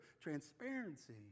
transparency